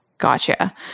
Gotcha